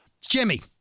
Jimmy